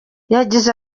yagize